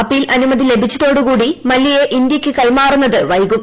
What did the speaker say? appeal അനുമതി ലഭിച്ചതോടുകൂടി മല്യയെ ഇന്ത്യയ്ക്ക് കൈമാറുന്നത് വൈകും